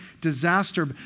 disaster